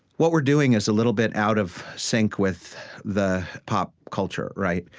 what we're doing is a little bit out of sync with the pop culture, right?